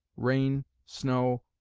rain, snow,